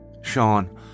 Sean